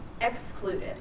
excluded